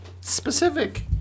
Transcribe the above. Specific